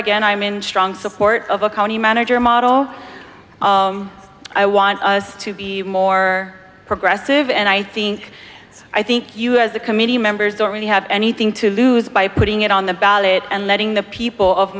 again i'm in strong support of a county manager model i want us to be more progressive and i think i think you as the committee members don't really have anything to lose by putting it on the ballot and letting the people of